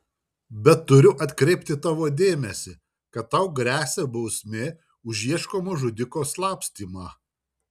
bet turiu atkreipti tavo dėmesį kad tau gresia bausmė už ieškomo žudiko slapstymą